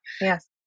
Yes